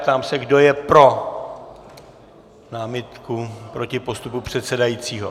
Ptám se, kdo je pro námitku proti postupu předsedajícího.